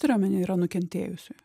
turi omeny yra nukentėjusiųjų